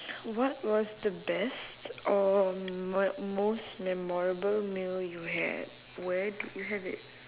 what was the best or m~ most memorable meal you had where did you have it